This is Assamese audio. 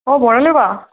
অঁ বৰ্ণালী বা